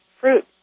fruit